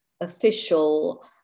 official